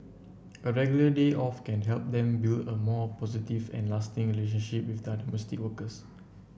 a regular day off can help them build a more positive and lasting relationship with their workers